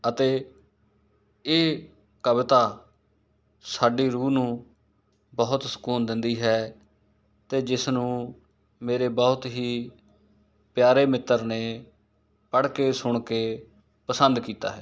ਅਤੇ ਇਹ ਕਵਿਤਾ ਸਾਡੀ ਰੂਹ ਨੂੰ ਬਹੁਤ ਸਕੂਨ ਦਿੰਦੀ ਹੈ ਅਤੇ ਜਿਸ ਨੂੰ ਮੇਰੇ ਬਹੁਤ ਹੀ ਪਿਆਰੇ ਮਿੱਤਰ ਨੇ ਪੜ੍ਹ ਕੇ ਸੁਣ ਕੇ ਪਸੰਦ ਕੀਤਾ ਹੈ